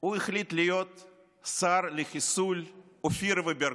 הוא החליט להיות השר לחיסול אופירה וברקו.